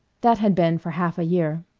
that had been for half a year.